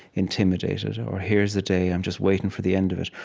intimidated, or here's the day i'm just waiting for the end of it,